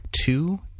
two